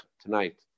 tonight